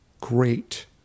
great